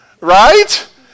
Right